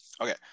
okay